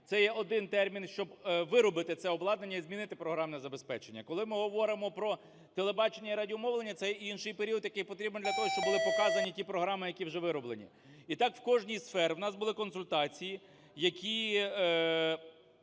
це є один термін, щоб виробити це обладнання і змінити програмне забезпечення. Коли ми говоримо про телебачення і радіомовлення - це інший період, який потрібен для того, щоб були показані ті програми, які вже вироблені. І так в кожній зі сфер. У нас були консультації, які